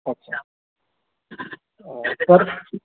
अच्छा तर